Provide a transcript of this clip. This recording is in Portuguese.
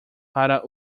para